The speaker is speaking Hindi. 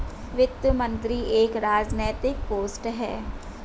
वित्त मंत्री एक राजनैतिक पोस्ट है